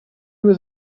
was